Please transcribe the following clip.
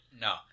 No